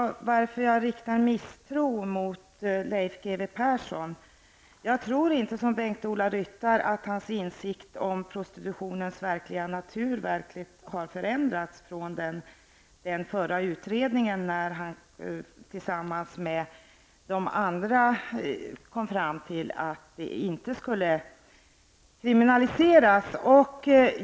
Herr talman! Jag riktar, som jag sade, misstro mot Leif G W Persson som utredningsman. Jag tror inte som Bengt-Ola Ryttar att Leif G W Perssons insikt om prostitutionens verkliga natur har förändats från den förra utredningen, när han tillsammans med övriga i den kom fram till att prostitution inte skulle kriminaliseras.